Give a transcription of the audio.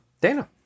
Dana